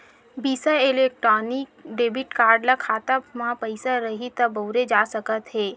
बिसा electronic debit card ल खाता म पइसा रइही त बउरे जा सकत हे